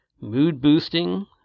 mood-boosting